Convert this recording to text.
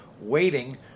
waiting